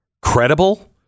credible